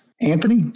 Anthony